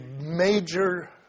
major